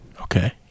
Okay